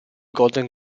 golden